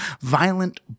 violent